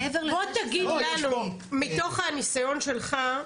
בוא תגיד מתוך הניסיון שלך.